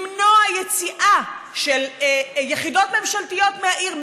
למנוע יציאה של יחידות ממשלתיות מהעיר,